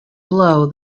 blow